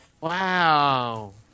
Wow